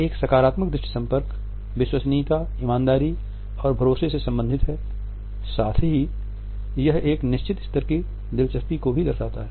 एक सकारात्मक दृष्टि संपर्क विश्वसनीयता ईमानदारी और भरोसे से संबंधित है साथ ही यह एक निश्चित स्तर की दिलचस्पी को भी प्रदर्शित करता है